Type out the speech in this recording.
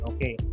Okay